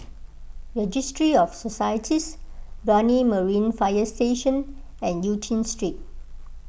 Registry of Societies Brani Marine Fire Station and Eu Chin Street